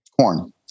Corn